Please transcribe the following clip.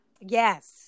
Yes